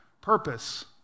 purpose